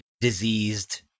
diseased